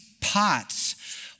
pots